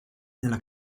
nella